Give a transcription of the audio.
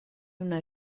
una